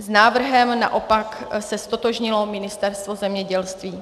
S návrhem naopak se ztotožnilo Ministerstvo zemědělství.